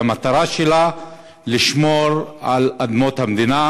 והמטרה שלה היא לשמור על אדמות המדינה,